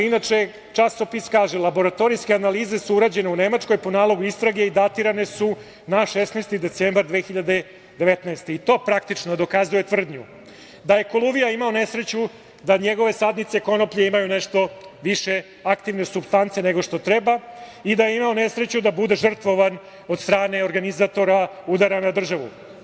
Inače, časopis kaže – laboratorijske analize su urađene u Nemačkoj po nalogu istrage i datirane su na 16. decembar 2019. godine i to praktično dokazuje tvrdnju da je Koluvija imao nesreću da njegove sadnice konoplje imaju nešto više aktivne supstance nego što treba i da je imao nesreću da bude žrtvovan od strane organizatora udara na državu.